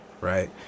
right